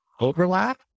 overlap